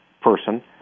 person